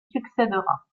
succèdera